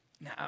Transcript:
Now